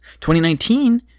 2019